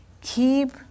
Keep